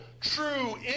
true